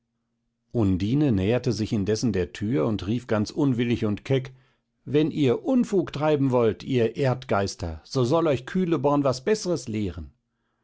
undine näherte sich indessen der tür und rief ganz unwillig und keck wenn ihr unfug treiben wollt ihr erdgeister so soll euch kühleborn was beßres lehren